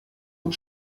gut